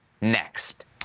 next